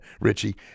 Richie